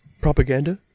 propaganda